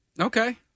Okay